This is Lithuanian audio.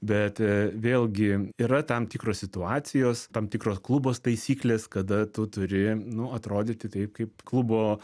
bet vėlgi yra tam tikros situacijos tam tikros klubo taisyklės kada tu turi nu atrodyti taip kaip klubo